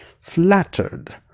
Flattered